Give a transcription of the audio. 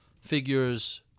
figures